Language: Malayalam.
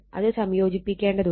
അത് സംയോജിപ്പിക്കേണ്ടതുണ്ട്